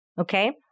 Okay